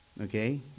Okay